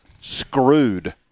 screwed